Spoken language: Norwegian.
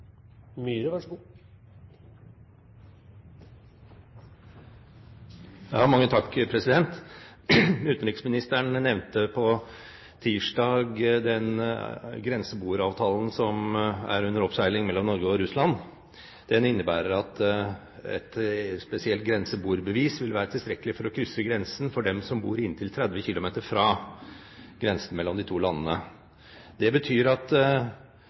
under oppseiling mellom Norge og Russland. Den innebærer at et spesielt grenseboerbevis vil være tilstrekkelig for å krysse grensen for dem som bor inntil 30 km fra grensen mellom de to landene. Det betyr at